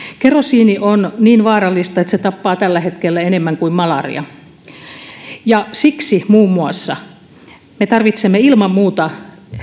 kerosiini on niin vaarallista että se tappaa tällä hetkellä enemmän kuin malaria muun muassa siksi me tarvitsemme ilman muuta